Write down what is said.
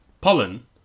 Pollen